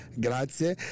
grazie